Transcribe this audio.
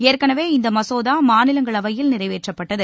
ஏற்கனவே இந்த மசோதா மாநிலங்களவையில் நிறைவேற்றப்பட்டது